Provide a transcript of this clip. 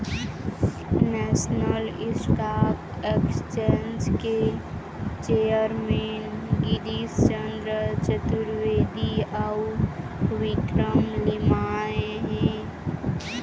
national stock exchange के chairman Girish Chandra Chaturvedi अउ विक्रम लिमाय हे